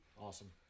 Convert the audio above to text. Awesome